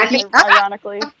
Ironically